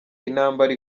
intambara